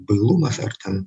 bailumas ar ten